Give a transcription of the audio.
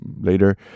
later